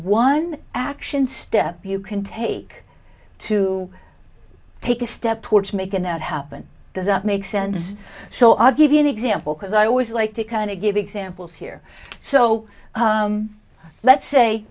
one action step you can take to take a step towards making out happen does that make sense so i'll give you an example because i always like to kind of give examples here so let's